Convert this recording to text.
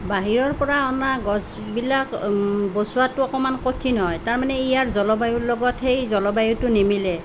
বাহিৰৰ পৰা অনা গছবিলাক বচোৱাটো অকণমান কঠিন হয় তাৰমানে ইয়াৰ জলবায়ুটোৰ লগত সেই জলবায়ুটো নিমিলে